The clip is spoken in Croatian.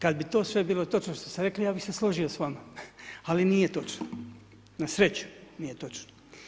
Kada bi to sve bilo točno što ste rekli, ja bih se složio s vama ali nije točno, na sreću nije točno.